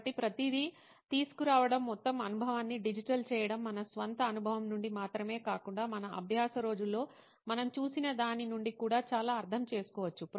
కాబట్టి ప్రతిదీ తీసుకురావడం మొత్తం అనుభవాన్ని డిజిటల్ చేయడం మన స్వంత అనుభవం నుండి మాత్రమే కాకుండా మన అభ్యాస రోజుల్లో మనం చూసిన దాని నుండి కూడా చాలా అర్థం చేసుకోవచ్చు